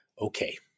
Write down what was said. okay